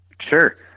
Sure